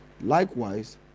likewise